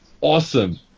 awesome